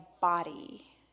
body